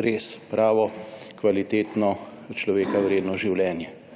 res pravo kvalitetno človeka vredno življenje.